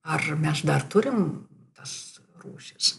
ar mes dar turim tas rūšis